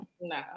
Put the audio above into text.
No